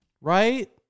Right